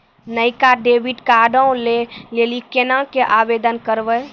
नयका डेबिट कार्डो लै लेली केना के आवेदन करबै?